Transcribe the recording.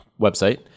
website